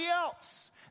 else